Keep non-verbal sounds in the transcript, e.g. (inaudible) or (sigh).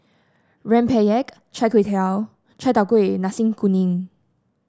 rempeyek chai (unintelligible) (unintelligible) Chai Tow Kuay Nasi Kuning